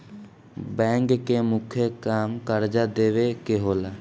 bank के मुख्य काम कर्जा देवे के होला